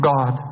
God